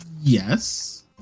Yes